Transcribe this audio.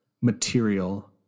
material